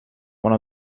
one